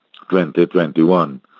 2021